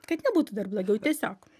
kad nebūtų dar blogiau tiesiog